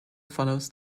follows